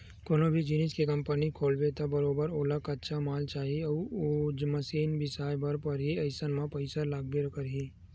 कोनो भी जिनिस के कंपनी खोलबे त बरोबर ओला कच्चा माल चाही अउ मसीन बिसाए बर परही अइसन म पइसा लागबे करही